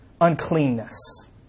uncleanness